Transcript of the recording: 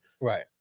Right